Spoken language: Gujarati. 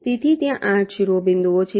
તેથી ત્યાં 8 શિરોબિંદુઓ છે